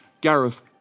Gareth